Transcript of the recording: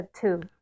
Two